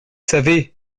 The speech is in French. savez